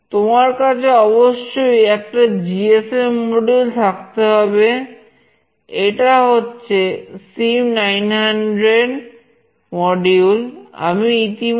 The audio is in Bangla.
তো এটা হচ্ছে বাতিটি